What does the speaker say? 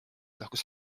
lahkus